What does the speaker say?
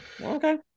okay